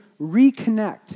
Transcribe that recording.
reconnect